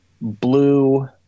blue